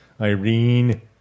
Irene